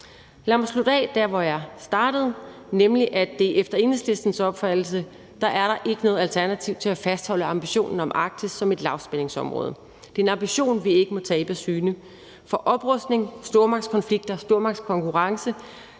Lad mig slutte af der, hvor jeg startede, nemlig med at sige, at der efter Enhedslistens opfattelse ikke er noget alternativ til at fastholde ambitionen om Arktis som et lavspændingsområde. Det er en ambition, vi ikke må tabe af syne, for oprustning, stormagtskonflikter og stormagtskonkurrence